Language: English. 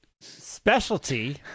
Specialty